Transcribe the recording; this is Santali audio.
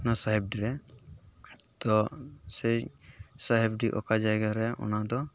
ᱱᱚᱣᱟ ᱥᱟᱦᱮᱵᱰᱤ ᱨᱮ ᱛᱚ ᱥᱮᱭ ᱥᱟᱦᱮᱵᱰᱤ ᱚᱠᱟ ᱡᱟᱭᱜᱟ ᱨᱮ ᱚᱱᱟ ᱫᱚ